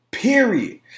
Period